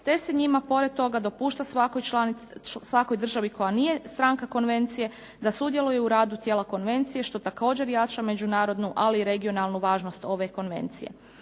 te se njima pored toga dopušta svakoj državi koja nije stranka konvencije, da sudjeluje u radu tijela konvencije što također jača međunarodnu ali i regionalnu važnost ove konvencije.